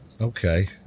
Okay